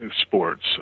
sports